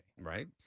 Right